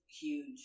huge